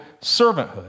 servanthood